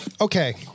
Okay